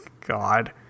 God